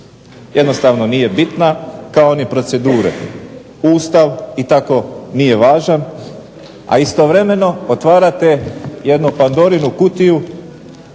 jednostavno nije bitna, kao ni procedure Ustav i tako nije važan, a istovremeno otvarate jednu Pandorinu kutiju